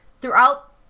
throughout